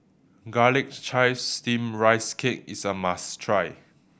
Garlic Chives Steamed Rice Cake is a must try